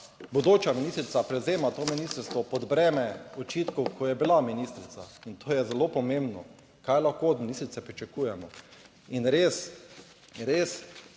bodoča ministrica prevzema to ministrstvo pod breme očitkov, ko je bila ministrica in to je zelo pomembno, kaj lahko od ministrice pričakujemo in res, res